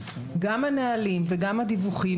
גם הנהלים וגם הדיווחים,